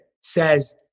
says